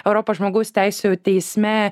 europos žmogaus teisių teisme